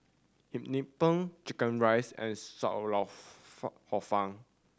Hum Chim Peng chicken rice and Sam Lau fun Hor Fun